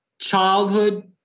childhood